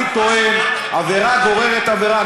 אני טוען: עבירה גוררת עבירה.